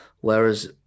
Whereas